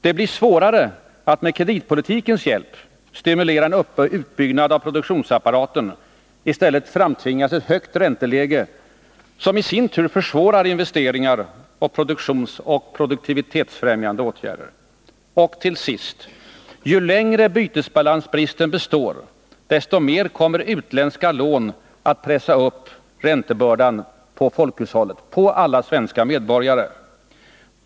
Det blir svårare att med kreditpolitikens hjälp stimulera en utbyggnad av produktionsapparaten. I stället framtvingas ett högt ränteläge, som i sin tur försvårar investeringar samt produktionsoch produktivitetsfrämjande åtgärder. Till sist: Ju längre bytesbalansbristen består, desto mer kommer utländska lån att pressa upp räntebördan på folkhushållet, på alla svenska medborgare.